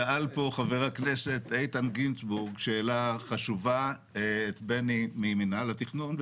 שאל פה חבר הכנסת איתן גינזברוג שאלה חשובה את בני ממנהל התכנון,